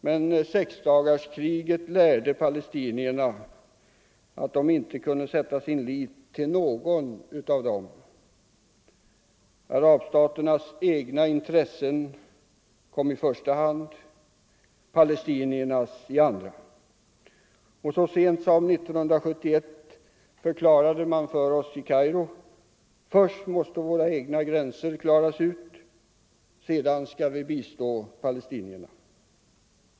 Men sexdagarskriget lärde palestinierna att de inte kunde sätta sin lit till någon av dem. Arabstaternas egna intressen kom i första hand, palestiniernas i andra hand. Så sent som 1971 förklarade man för oss i Kairo: Först måste våra egna gränser klaras ut, sedan skall vi bistå palestinierna.